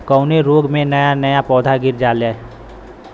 कवने रोग में नया नया पौधा गिर जयेला?